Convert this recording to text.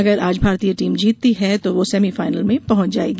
अगर आज भारतीय टीम जीतती है तो वो सेमीफाइनल में पहुंच जाएगी